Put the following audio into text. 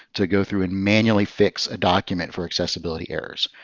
to go through and manually fix a document for accessibility errors.